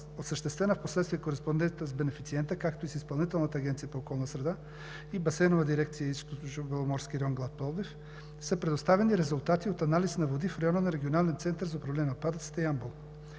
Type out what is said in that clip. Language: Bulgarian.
осъществена впоследствие кореспонденция с бенефициента, както и с Изпълнителната агенция по околна среда и Басейнова дирекция „Източнобеломорски район“ – Пловдив, са предоставени резултати от анализ на води в района на Регионален център за управление на отпадъците – Ямбол.